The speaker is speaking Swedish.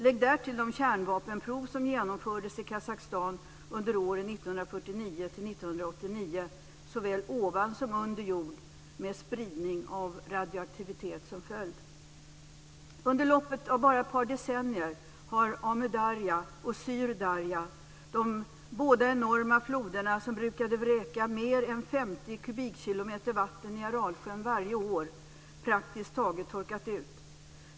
Lägg därtill de kärnvapenprov som genomfördes i Kazakstan under åren 1949-1989 såväl ovan som under jord med spridning av radioaktivitet som följd. Under loppet av bara ett par decennier har Amu Darja och Syr-Darja, de båda enorma floderna som brukade vräka mer än 50 kubikkilometer vatten i Aralsjön varje år, praktiskt taget torkat ut.